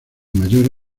mayor